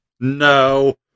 no